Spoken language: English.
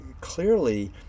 clearly